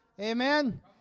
Amen